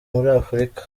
afurika